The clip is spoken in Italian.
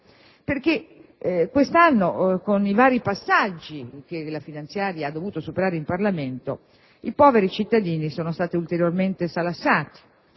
Quest'anno, con i vari passaggi che il provvedimento ha dovuto superare in Parlamento, i poveri cittadini sono stati ulteriormente salassati,